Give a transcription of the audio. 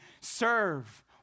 serve